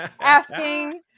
asking